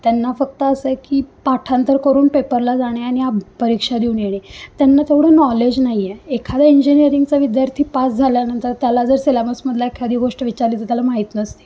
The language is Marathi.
त्यांना फक्त असं आहे की पाठांतर करून पेपरला जाणे आणि आब परीक्षा देऊन येणे त्यांना तेवढं नॉलेज नाही आहे एखादा इंजिनिअरिंगचा विद्यार्थी पास झाल्यानंतर त्याला जर सिलॅबसमधला एखादी गोष्ट विचारली तर त्याला माहीत नसते